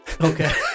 Okay